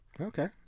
Okay